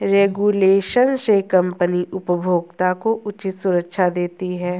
regulation से company उपभोक्ता को उचित सुरक्षा देती है